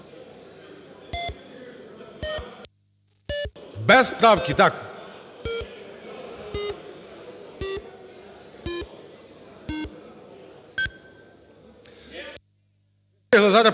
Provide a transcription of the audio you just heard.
Без правки, так.